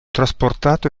trasportato